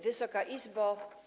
Wysoka Izbo!